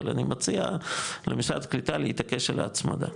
אבל אני מציע למשרד הקליטה להתעקש על ההצמדה,